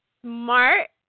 smart